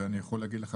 אני יכול להגיד לך,